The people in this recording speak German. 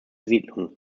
siedlung